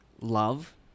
love